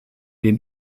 den